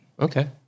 Okay